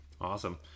Awesome